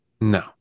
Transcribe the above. No